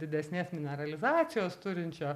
didesnės mineralizacijos turinčio